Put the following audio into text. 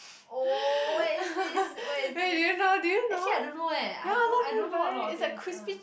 oh where is this where is this actually I don't know eh I don't I don't know a lot of things ah